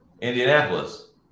Indianapolis